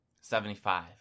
Seventy-five